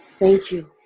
thank you.